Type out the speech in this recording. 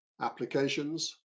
applications